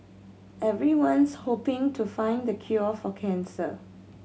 everyone's hoping to find the cure for cancer